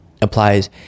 applies